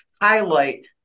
highlight